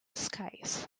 skies